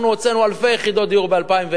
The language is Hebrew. אנחנו הוצאנו ב-2010 אלפי יחידות דיור לשיווק.